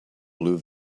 blue